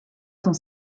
sont